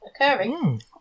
occurring